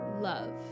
love